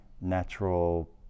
natural